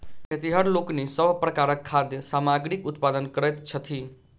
खेतिहर लोकनि सभ प्रकारक खाद्य सामग्रीक उत्पादन करैत छथि